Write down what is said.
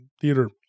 theater